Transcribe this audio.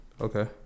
Okay